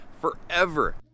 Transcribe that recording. forever